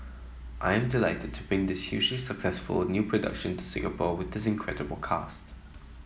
I am delighted to bring this huge successful new production to Singapore with this incredible cast